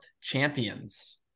champions